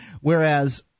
Whereas